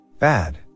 bad